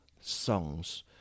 songs